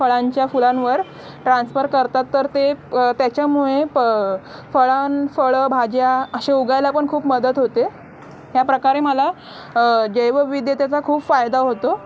फळांच्या फुलांवर ट्रान्स्फर करतात तर ते त्याच्यामुळे प फळां फळं भाज्या असे उगायला पण खूप मदत होते ह्याप्रकारे मला जैवविदतेचा खूप फायदा होतो